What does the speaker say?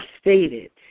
stated